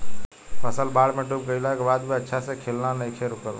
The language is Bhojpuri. फसल बाढ़ में डूब गइला के बाद भी अच्छा से खिलना नइखे रुकल